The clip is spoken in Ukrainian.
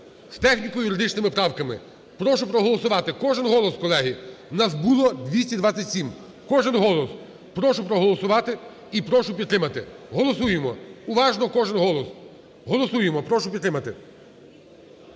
з техніко-юридичними правками. Прошу проголосувати. Кожен голос, колеги, у нас було 227, кожен голос. Прошу проголосувати і прошу підтримати. Голосуємо уважно, кожний голос. Голосуємо, прошу підтримати.